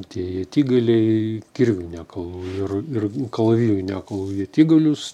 tie ietigaliai kirvių nekalu ir ir kalavijų nekalu ietigalius